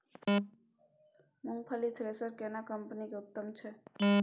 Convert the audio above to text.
मूंगफली थ्रेसर केना कम्पनी के उत्तम छै?